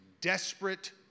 desperate